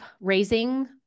raising